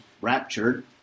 raptured